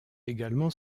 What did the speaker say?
également